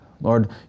Lord